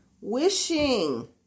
Wishing